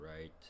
right